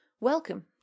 Welcome